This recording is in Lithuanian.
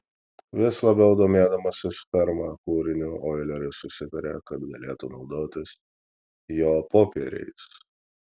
vis labiau domėdamasis ferma kūriniu oileris susitarė kad galėtų naudotis jo popieriais